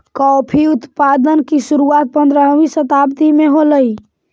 coffee उत्पादन की शुरुआत पंद्रहवी शताब्दी में होलई